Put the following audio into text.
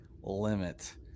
limit